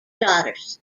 daughters